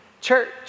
church